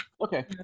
okay